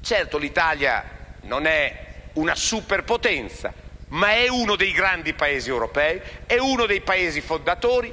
- certo, l'Italia non è una superpotenza, ma è uno dei grandi Paesi europei ed è uno dei Paesi fondatori